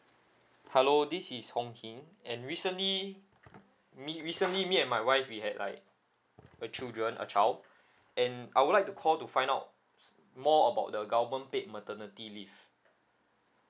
hello this is honkin and recently me recently me and my wife we had like a children a child and I would like to call to find out more about the government paid maternity leave